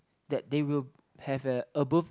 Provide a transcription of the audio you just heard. that they will have a above